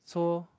so